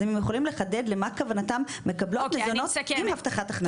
אז הם יכולים לחדד למה כוונתם מקבלות מזונות עם הבטחת הכנסה.